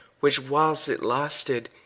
which whiles it lasted,